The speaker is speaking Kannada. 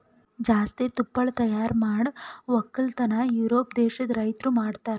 ಜಾಸ್ತಿ ತುಪ್ಪಳ ತೈಯಾರ್ ಮಾಡ್ ಒಕ್ಕಲತನ ಯೂರೋಪ್ ದೇಶದ್ ರೈತುರ್ ಮಾಡ್ತಾರ